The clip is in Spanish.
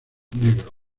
negro